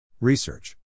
Research